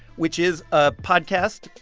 which is a podcast,